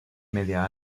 media